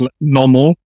normal